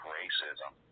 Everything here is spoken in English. racism